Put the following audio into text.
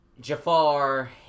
Jafar